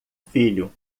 filho